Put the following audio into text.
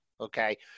Okay